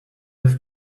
have